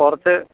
പുറത്ത്